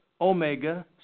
Omega